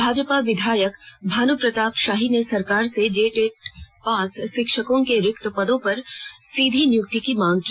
भाजपा विधायक भानू प्रताप शाही ने सरकार से जेटेट पास शिक्षकों के रिक्त पदों पर सीधी नियुक्ति की मांग की